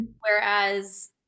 Whereas